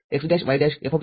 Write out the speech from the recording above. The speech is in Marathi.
F०० x'